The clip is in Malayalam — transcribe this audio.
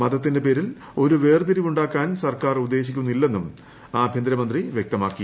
മതത്തിന്റെ പേരിൽ ഒരു വേർതിരിവുണ്ടാക്കാൻ സ്റ്റ്ക്കാർ ഉദേശിക്കുന്നില്ലെന്നും ആഭ്യന്തരമന്ത്രി വ്യക്തമാക്കി